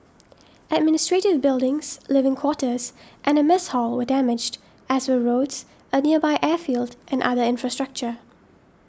administrative buildings living quarters and a mess hall were damaged as were roads a nearby airfield and other infrastructure